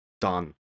done